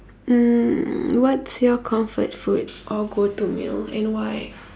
mm what's your comfort food or go to meal and why